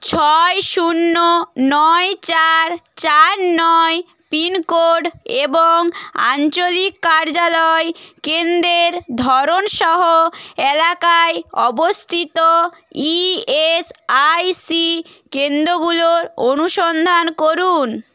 ছয় শূন্য নয় চার চার নয় পিনকোড এবং আঞ্চলিক কার্যালয় কেন্দ্রের ধরন সহ এলাকায় অবস্থিত ই এস আই সি কেন্দ্রগুলোর অনুসন্ধান করুন